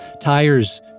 tires